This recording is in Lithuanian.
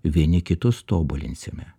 vieni kitus tobulinsime